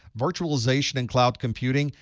virtualization and cloud computing,